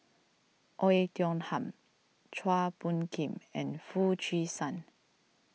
Oei Tiong Ham Chua Phung Kim and Foo Chee San